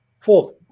four